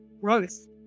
growth